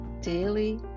Daily